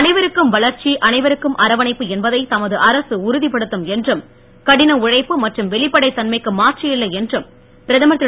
அனைவருக்கும் வளர்ச்சி அனைவருக்கும் அரவணைப்பு என்பதை தமது அரசு உறுதிப்படுத்தும் என்றும் கடின உழைப்பு மற்றும் வெளிப்படைத் தன்மைக்கு மாற்று இல்லை என்றும் பிரதமர் திரு